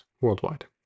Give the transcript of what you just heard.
worldwide